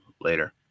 later